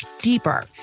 deeper